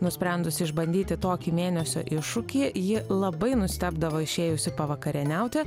nusprendusi išbandyti tokį mėnesio iššūkį ji labai nustebdavo išėjusi pavakarieniauti